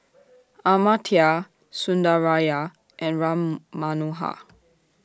Amartya Sundaraiah and Ram Manohar